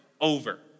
over